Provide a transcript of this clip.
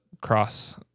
cross